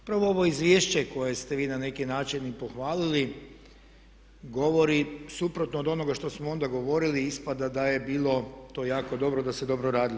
Upravo ovo izvješće koje ste vi na neki način i pohvalili govori suprotno od onoga što smo onda govorili, ispada da je bilo to jako dobro, da se dobro radilo.